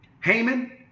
haman